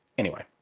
anyway,